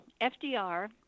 FDR